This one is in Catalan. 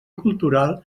cultural